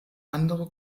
andere